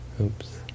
oops